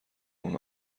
اون